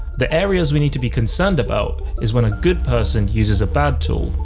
the areas we need to be concerned about is when a good person uses a bad tool,